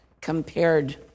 compared